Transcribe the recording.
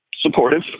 supportive